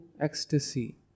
ecstasy